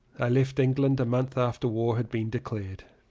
left england a month after war had been declared.